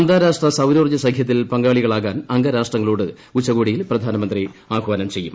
അന്താരാഷ്ട്ര സൌരോർജ്ജ സഖ്യത്തിൽ പങ്കാളികളാകാൻ അംഗരാഷ്ട്രങ്ങളോട് ഉച്ചകോടിയിൽ പ്രധാനമന്ത്രി ആഹ്വാനം ചെയ്യും